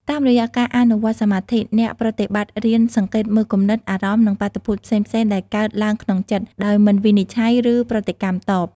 តាមរយៈការអនុវត្តន៍សមាធិ អ្នកប្រតិបត្តិរៀនសង្កេតមើលគំនិត អារម្មណ៍ និងបាតុភូតផ្សេងៗដែលកើតឡើងក្នុងចិត្ត ដោយមិនវិនិច្ឆ័យ ឬប្រតិកម្មតប។